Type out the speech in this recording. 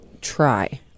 Try